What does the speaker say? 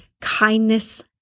kindness